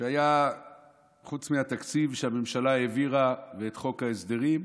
שחוץ מהתקציב שהממשלה העבירה וחוק ההסדרים,